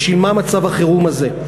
בשביל מה מצב החירום הזה?